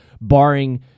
barring